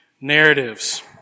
narratives